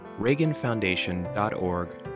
reaganfoundation.org